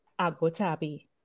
Agotabi